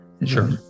sure